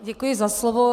Děkuji za slovo.